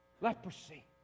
Leprosy